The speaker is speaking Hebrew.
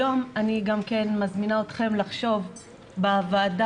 היום אני מזמינה אתכם לחשוב בוועדה,